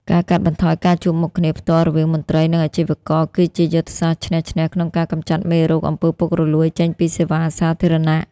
ការកាត់បន្ថយការជួបមុខគ្នាផ្ទាល់រវាងមន្ត្រី និងអាជីវករ គឺជាយុទ្ធសាស្ត្រឈ្នះ-ឈ្នះ ក្នុងការកម្ចាត់មេរោគ អំពើពុករលួយ ចេញពីសេវាសាធារណៈ។